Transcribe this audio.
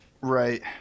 right